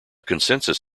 consensus